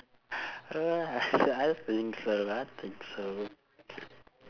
I think so I think so